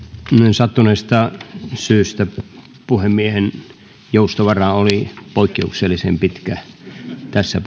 sattuneesta syystä puhemiehen joustovara oli poikkeuksellisen pitkä tässä